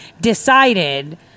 decided